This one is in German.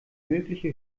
mögliche